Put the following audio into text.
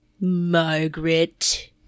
Margaret